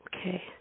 okay